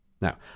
now